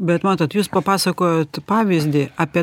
bet matot jūs papasakojot pavyzdį apie